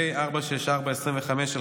פ/464/25,